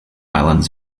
islands